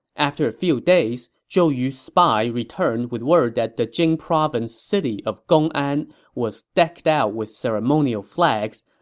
after a few days, zhou yu's spy returned with word that the jing province city of gong'an was decked out with ceremonial flags,